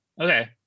okay